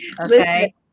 Okay